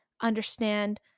understand